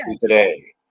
today